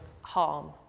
harm